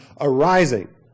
arising